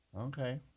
Okay